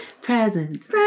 Presents